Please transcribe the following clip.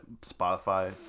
Spotify